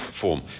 form